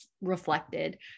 reflected